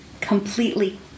completely